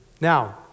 Now